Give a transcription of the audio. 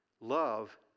love